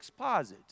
exposit